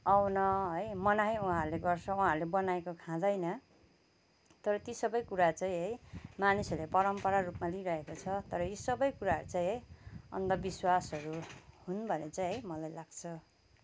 आउन है मनाही उहाँहरूले गर्छ उहाँहरूले बनाएको खादैँन तर ती सबैकुरा चाहिँ है मानिसहरूले परम्परा रूपमा लिरहेको छ तर यी सबै कुराहरू चाहिँ है अन्धविश्वासहरू हुन् भन्ने चाहिँ मलाई लाग्छ